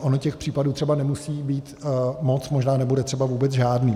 Ono těch případů třeba nemusí být moc, možná nebude třeba vůbec žádný.